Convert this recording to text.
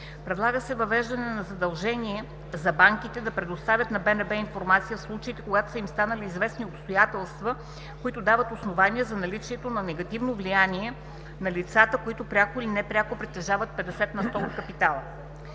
Предлага се въвеждане на задължение за банките да предоставят на БНБ информация в случаите, когато са им станали известни обстоятелства, които дават основания за наличието на негативно влияние на лицата, които пряко или непряко притежават над 50 на сто от капитала.